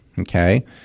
okay